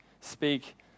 speak